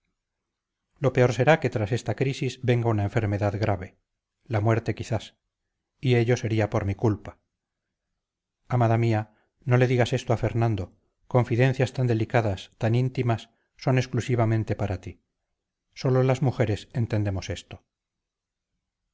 lo peor será que tras esta crisis venga una enfermedad grave la muerte quizás y ello sería por mi culpa amada mía no le digas esto a fernando confidencias tan delicadas tan íntimas son exclusivamente para ti sólo las mujeres entendemos esto